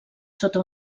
sota